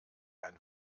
ein